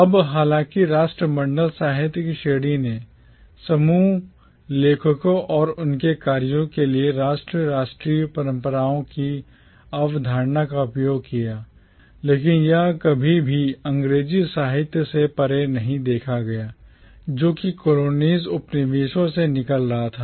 अब हालांकि राष्ट्रमंडल साहित्य की श्रेणी ने समूह लेखकों और उनके कार्यों के लिए राष्ट्र और राष्ट्रीय परंपराओं की अवधारणा का उपयोग किया लेकिन यह कभी भी अंग्रेजी साहित्य से परे नहीं देखा गया जो कि colonies उपनिवेशों से निकल रहा था